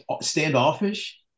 standoffish